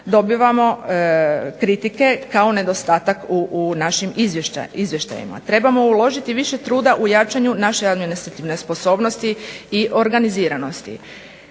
dobivamo kritike kao nedostatak u našim izvještajima. Trebamo uložiti više truda u jačanju naše administrativne sposobnosti i organiziranosti.